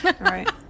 Right